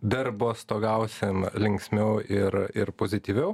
darbostogausim linksmiau ir ir pozityviau